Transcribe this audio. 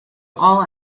all